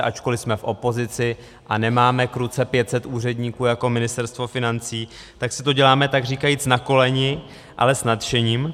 Ačkoliv jsme v opozici a nemáme k ruce 500 úředníků jako Ministerstvo financí, tak si to děláme takříkajíc na koleni, ale s nadšením.